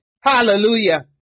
Hallelujah